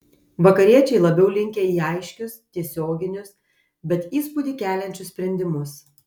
vakariečiai labiau linkę į aiškius tiesioginius bet įspūdį keliančius sprendimus